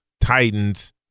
Titans